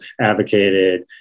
advocated